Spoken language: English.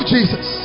Jesus